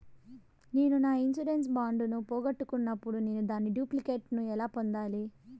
నేను నా insurance bond ను పోగొట్టుకున్నప్పుడు నేను దాని డూప్లికేట్ ను ఎలా పొందాలి?